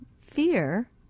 fear